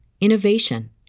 innovation